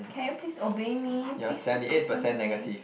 can you please obey me please please please listen to me